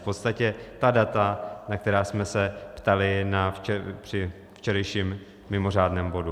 V podstatě ta data, na která jsme se ptali při včerejším mimořádném bodu.